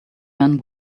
man